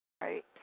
right